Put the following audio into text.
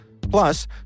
Plus